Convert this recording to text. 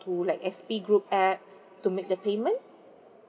to like S_P group app to make the payment